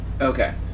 Okay